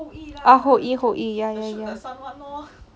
后一后一 ya ya